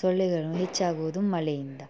ಸೊಳ್ಳೆಗಳು ಹೆಚ್ಚಾಗುವುದು ಮಳೆಯಿಂದ